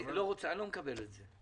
אני לא מקבל את זה.